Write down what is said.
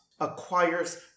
acquires